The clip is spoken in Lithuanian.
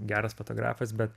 geras fotografas bet